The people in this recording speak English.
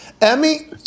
Emmy